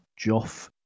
Joff